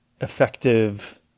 effective